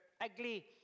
ugly